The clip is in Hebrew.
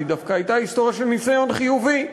שהיא דווקא הייתה היסטוריה של ניסיון חיובי,